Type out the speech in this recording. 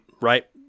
Right